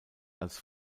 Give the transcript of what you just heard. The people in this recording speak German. als